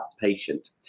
patient